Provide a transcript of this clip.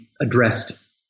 addressed